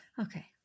Okay